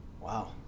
Wow